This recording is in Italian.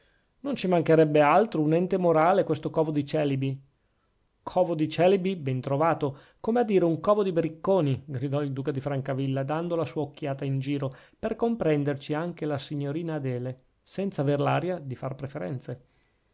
non ci mancherebbe altro un ente morale questo covo di celibi covo di celibi ben trovato come a dire un covo di bricconi gridò il duca di francavilla dando la sua occhiata in giro per comprenderci anche la signorina adele senza aver aria di far preferenze